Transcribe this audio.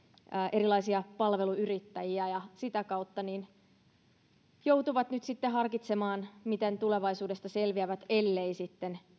erilaisia palveluyrittäjiä ja sitä kautta joutuvat nyt sitten harkitsemaan miten tulevaisuudesta selviävät ellei sitten